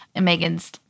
Megan's